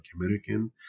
American